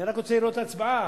אני רק רוצה לראות את ההצבעה.